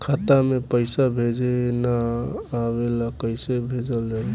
खाता में पईसा भेजे ना आवेला कईसे भेजल जाई?